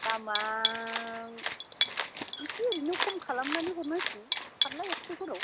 दामा एसे ओरैनो खम खालामनानै हरनां सिगोन फारला एकस'फोराव